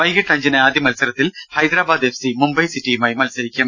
വൈകിട്ട് അഞ്ചിന് ആദ്യമത്സരത്തിൽ ഹൈദരാബാദ് എഫ്സി മുംബൈ സിറ്റിയുമായി മത്സരിക്കും